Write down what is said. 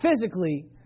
physically